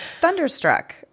thunderstruck